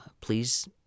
please